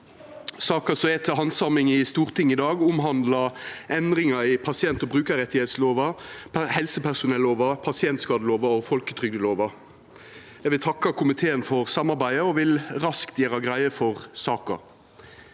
Saka som er til handsaming i Stortinget i dag, omhandlar endringar i pasient- og brukarrettslova, helsepersonellova, pasientskadelova og folketrygdlova. Eg vil takka komiteen for samarbeidet og vil raskt gjera greie for saka.